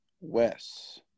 Wes